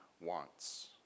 wants